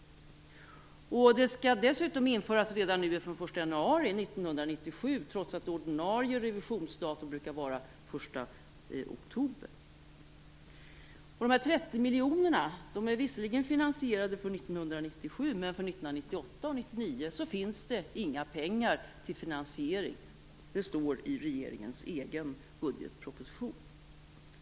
Detta skall dessutom införas redan den 1 januari 1997, trots att ordinarie revisionsdatum brukar vara den 1 oktober. Dessa 30 miljoner är visserligen finansierade för 1997, men för 1998 och 1999 finns det inga pengar till finansieringen. Det står i regeringens egen budgetproposition.